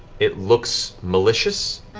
it looks malicious,